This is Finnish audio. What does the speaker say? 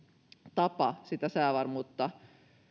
tapa siitä säävarmuudesta